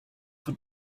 for